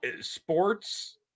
sports